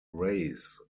rays